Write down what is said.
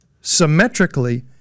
symmetrically